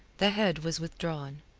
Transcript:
the head was withdrawn.